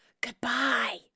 Goodbye